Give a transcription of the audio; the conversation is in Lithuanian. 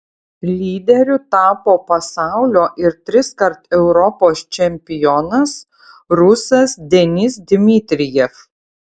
lyderiu tapo pasaulio ir triskart europos čempionas rusas denis dmitrijev